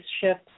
shift